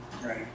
Right